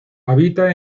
habita